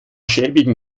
schäbigen